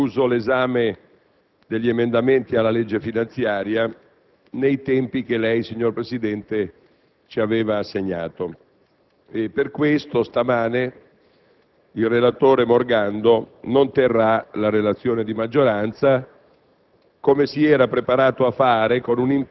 non ha concluso l'esame degli emendamenti al disegno di legge finanziaria nei tempi che lei, signor Presidente, ci aveva assegnato. Per queste ragioni, questa mattina il relatore Morgando non terrà la relazione di maggioranza,